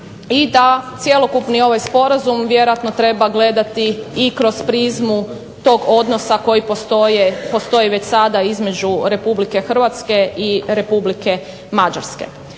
i da cjelokupni ovaj sporazum vjerojatno treba gledati i kroz prizmu tog odnosa koji postoji već sada između Republike Hrvatske i Republike Mađarske.